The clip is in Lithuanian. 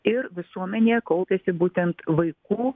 ir visuomenėje kaupiasi būtent vaikų